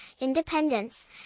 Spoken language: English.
independence